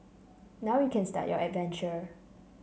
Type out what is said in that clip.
now you can start your adventure